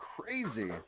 crazy